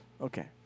Okay